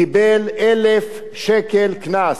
קיבל 1,000 שקל קנס,